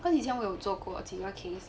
cause 我以前有做过几个 case